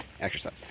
exercise